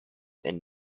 and